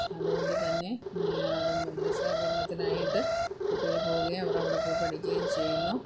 അതുകൊണ്ട് തന്നെ മദ്രസ പഠനത്തിനായിട്ട് കുട്ടികൾ പോകുകയും അവരവിടെ പോയി പഠിക്കുകയും ചെയ്യുന്നു